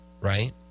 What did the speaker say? right